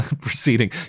proceeding